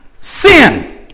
sin